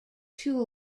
two